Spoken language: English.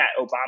Obama